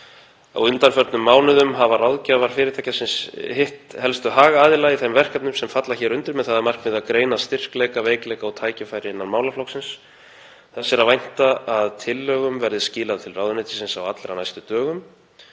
Á undanförnum mánuðum hafa ráðgjafar fyrirtækisins hitt helstu hagaðila í þeim verkefnum sem falla hér undir með það að markmiði að greina styrkleika, veikleika og tækifæri innan málaflokksins. Þess er að vænta að tillögum verði skilað til ráðuneytisins á allra næstu dögum.